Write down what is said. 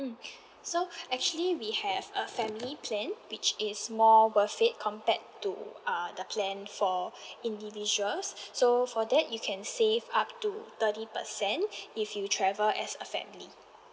mm okay so actually we have a family plan which is more worth it compared to uh the plan for individuals so for that you can save up to thirty percent if you travel as a family